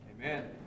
Amen